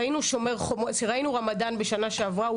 ראינו רמדאן בשנה שעברה,